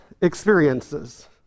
experiences